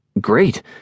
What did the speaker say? Great